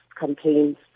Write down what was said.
campaigns